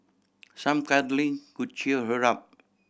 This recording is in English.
some cuddling could cheer her up